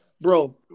Bro